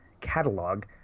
catalog